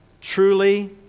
truly